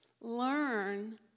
learn